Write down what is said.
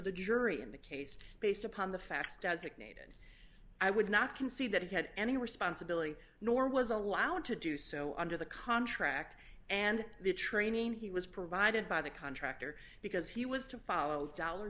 the jury in the case based upon the facts designated i would not concede that it had any responsibility nor was allowed to do so under the contract and the training he was provided by the contractor because he was to follow the dollar